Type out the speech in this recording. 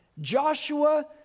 Joshua